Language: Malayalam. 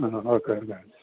ആ ഓക്കെ ഓക്കെ